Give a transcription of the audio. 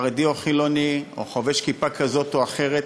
חרדי או חילוני, חובש כיפה כזאת או אחרת,